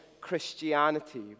Christianity